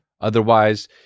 Otherwise